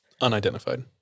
Unidentified